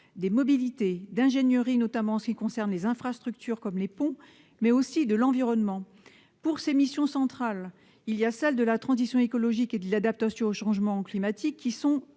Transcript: des mobilités et de l'ingénierie, notamment en ce qui concerne les infrastructures comme les ponts, mais aussi de l'environnement. Parmi ses missions centrales figurent également la transition écologique et l'adaptation au changement climatique, des